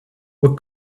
what